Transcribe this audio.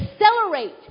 accelerate